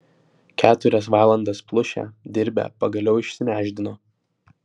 keturias valandas plušę dirbę pagaliau išsinešdino